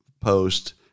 post